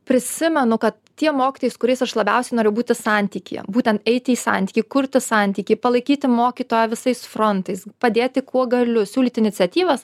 prisimenu kad tie mokytojai su kuriais aš labiausiai noriu būti santykyje būtent eiti į santykį kurti santykį palaikyti mokytoją visais frontais padėti kuo galiu siūlyti iniciatyvas